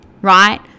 right